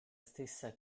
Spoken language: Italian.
stessa